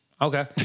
Okay